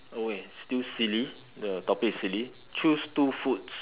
okay still silly the topic is silly choose two foods